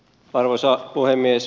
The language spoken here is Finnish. arvoisa puhemies